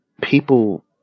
people